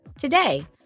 Today